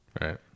Right